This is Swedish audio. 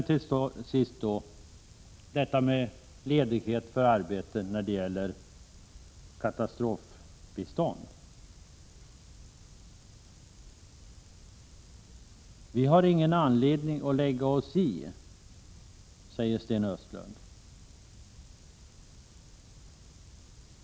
Till sist frågan om ledighet för arbete när det gäller katastrofbistånd. Det har riksdagen ingen anledning att lägga sig i, säger Sten Östlund.